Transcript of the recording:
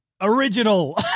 Original